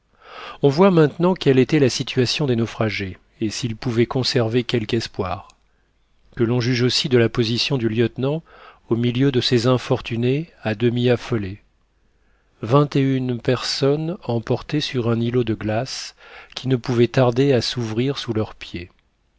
on voit maintenant quelle était la situation des naufragés et s'ils pouvaient conserver quelque espoir que l'on juge aussi de la position du lieutenant au milieu de ces infortunés à demi affolés vingt et une personnes emportées sur un îlot de glace qui ne pouvait tarder à s'ouvrir sous leurs pieds